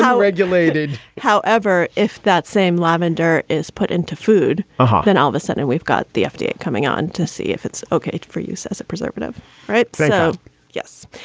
regulated. however, if that same lavendar is put into food oha, then all of a sudden we've got the fda coming on to see if it's ok for use as a preservative right. so yes.